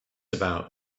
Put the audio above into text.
about